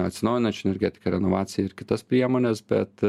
atsinaujinančią energetiką į renovaciją ir kitas priemones bet